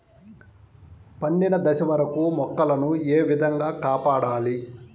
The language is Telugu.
పండిన దశ వరకు మొక్కల ను ఏ విధంగా కాపాడాలి?